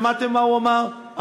שמעתם מה הוא אמר?